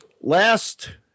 last